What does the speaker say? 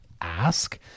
ask